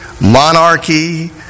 monarchy